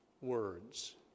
words